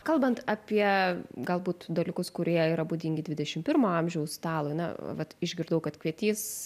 kalbant apie galbūt dalykus kurie yra būdingi dvidešim pirmo amžiaus stalui na vat išgirdau kad kvietys